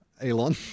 Elon